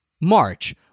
March